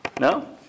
No